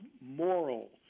moral